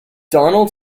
donald